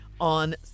on